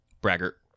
Braggart